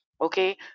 Okay